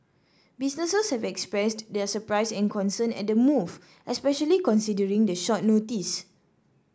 businesses have expressed their surprise and concern at the move especially considering the short notice